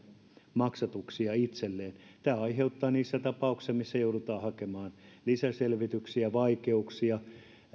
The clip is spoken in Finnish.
maksatuksia itselleen tämä aiheuttaa vaikeuksia niissä tapauksissa missä joudutaan hakemaan lisäselvityksiä